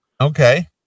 okay